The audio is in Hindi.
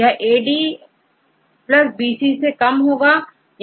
यहADBC से कम होगा